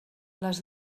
les